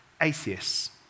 atheists